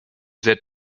sehr